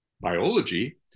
biology